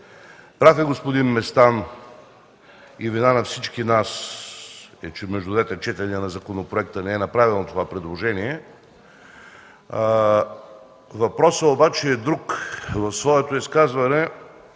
Прав е господин Местан и вина на всички нас е, че между двете четения на законопроекта не е направено това предложение. Въпросът обаче е друг. В своето изказване